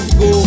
go